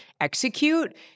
execute